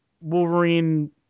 Wolverine